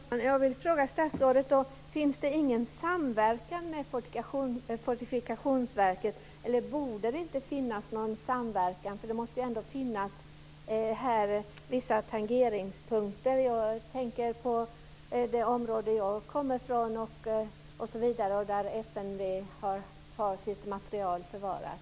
Fru talman! Jag vill fråga statsrådet: Finns det ingen samverkan med Fortifikationsverket? Borde det inte finnas någon samverkan? Det måste ändå finnas vissa tangeringspunkter. Jag tänker på det område jag kommer från och där FMV har si materiel förvarat.